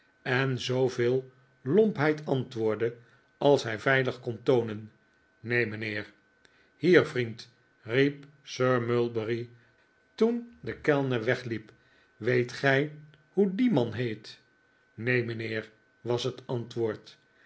en zooveel lompheid antwoordde als hij veilig kon toonen neen mijnheer hier vriend riep sir mulberry toen de kellner wegliep weet gij hoe d i e man heet neen mijnheer was het antwoord